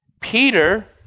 Peter